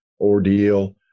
ordeal